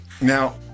Now